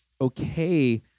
okay